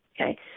Okay